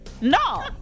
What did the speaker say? No